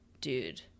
dude